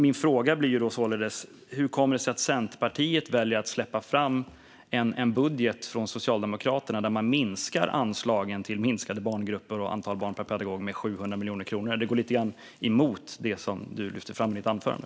Min fråga blir således: Hur kommer det sig att Centerpartiet väljer att släppa fram en budget från Socialdemokraterna där man minskar anslagen för minskade barngrupper och färre barn per pedagog med 700 miljoner kronor? Detta går lite grann emot det som du lyfte fram i ditt anförande.